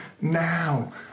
Now